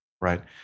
Right